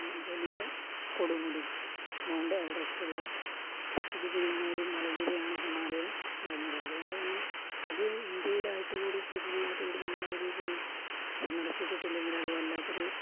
വലിയ കൊടുമുടി മൗണ്ട് എവറസ്റ്റുള്ള സ്ഥിതി ചെയ്യുന്നൊരു മലനിരയാണ് ഹിമാലയൻ മലനിര അതുകൊണ്ടുതന്നെ അത് ഇന്ത്യയിലായിട്ടുകൂടി സ്ഥിതി ചെയ്തിട്ടുകൂടി നമ്മളതു പോയി സന്ദർശിച്ചിട്ടില്ലെങ്കിൽ അതു വല്ലാത്തൊരു